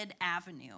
avenue